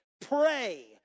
Pray